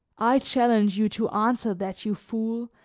i challenge you to answer that, you fool,